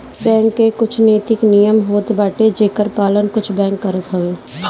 bank के कुछ नैतिक नियम होत बाटे जेकर पालन कुछ बैंक करत हवअ